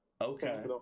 okay